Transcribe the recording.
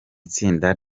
itsinda